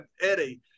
Eddie